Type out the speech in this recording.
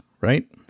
right